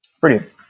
Brilliant